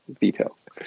details